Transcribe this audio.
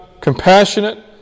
compassionate